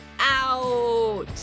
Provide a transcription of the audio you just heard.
Out